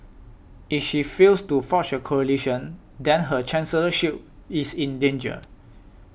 if she fails to forge a coalition then her chancellorship is in danger